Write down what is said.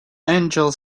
angel